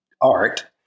art